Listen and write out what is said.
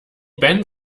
band